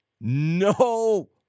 No